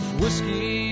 whiskey